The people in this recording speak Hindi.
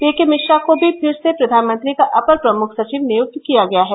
पीकेमिश्रा को भी फिर से प्रधानमंत्री का अपर प्रमुख सचिव नियुक्त किया गया है